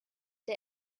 der